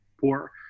poor